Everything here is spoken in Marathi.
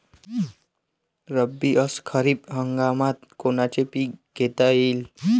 रब्बी अस खरीप हंगामात कोनचे पिकं घेता येईन?